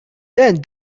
then